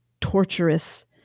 torturous